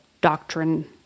doctrine